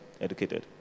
educated